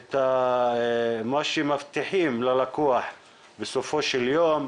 את מה שמבטיחים ללקוח בסופו של יום,